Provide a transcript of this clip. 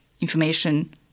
information